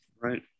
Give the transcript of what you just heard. Right